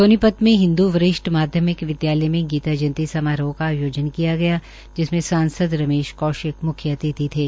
सोनीपत में हिन्दू वरिष्ठ माध्यमिक विद्यालय में गीता जयंती समारोह का आयोजन किया गया जिसमें सांसद रामेश कौशिक म्ख्य अतिथि थे